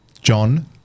John